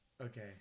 Okay